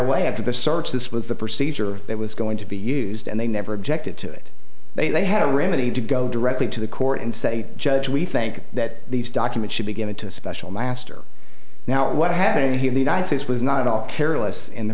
away after the search this was the procedure that was going to be used and they never objected to it they had a remedy to go directly to the court and say judge we think that these documents should be given to a special master now what happened here the united states was not at all careless in the